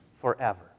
forever